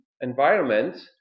environment